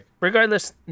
Regardless